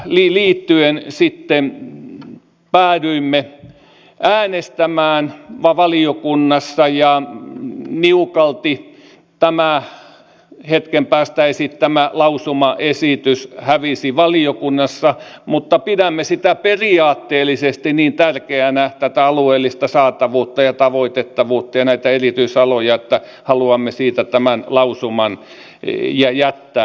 tähän liittyen sitten päädyimme äänestämään valiokunnassa ja niukalti tämä hetken päästä esittämä lausumaesitys hävisi valiokunnassa mutta pidämme tätä alueellista saatavuutta ja tavoitettavuutta ja näitä erityisaloja periaatteellisesti niin tärkeänä että haluamme siitä tämän lausuman jättää